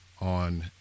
on